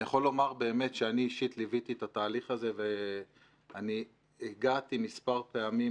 אני יכול לומר באמת שאני אישית לוויתי את התהליך הזה והגעתי מספר פעמים